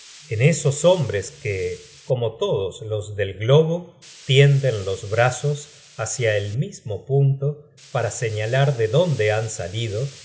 en esos hombres que como todos los del globo tienden los brazos hácia el mismo punto para señalar de dónde han salido